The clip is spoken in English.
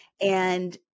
And-